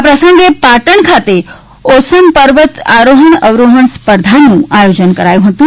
આ પ્રસંગે પાટણ ખાતે ઓસમ પર્વત આરોહણ અવરોહણ સ્પર્ધાનું આયોજન કરાયુ હતુ